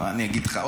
מה אני אגיד לך,